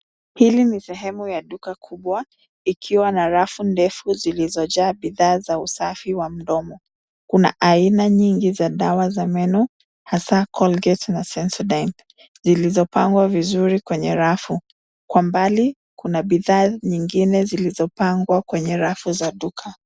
Hili ni sehemu ya duka kubwa, ikiwa na rafu ndefu zilizojaa bidhaa za usafi wa mdomo. Kuna aina nyingi za dawa za meno, hasa, Colgate na Sensodyne, zilizopangwa vizuri kwenye rafu. Kwa mbali kuna bidhaa nyingine zilizopangwa kwenye rafu za duka.